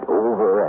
over